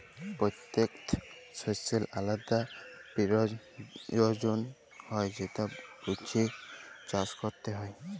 পত্যেকট শস্যের আলদা পিরয়োজন হ্যয় যেট বুঝে চাষট ক্যরতে হয়